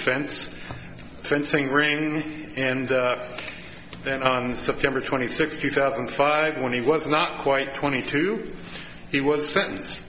fence fencing ring and then on september twenty sixth two thousand and five when he was not quite twenty two he was sentenced